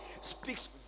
speaks